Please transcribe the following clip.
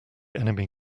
enemy